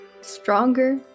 stronger